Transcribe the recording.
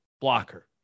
blocker